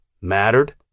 mattered